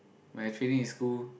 when actually in school